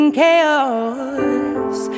chaos